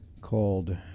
called